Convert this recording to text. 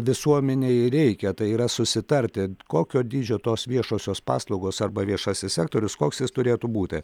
visuomenei reikia tai yra susitarti kokio dydžio tos viešosios paslaugos arba viešasis sektorius koks jis turėtų būti